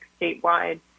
statewide